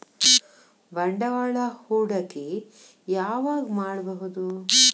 ಬಂಡವಾಳ ಹೂಡಕಿ ಯಾವಾಗ್ ಮಾಡ್ಬಹುದು?